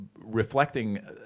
reflecting